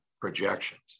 projections